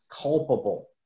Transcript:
culpable